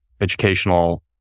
educational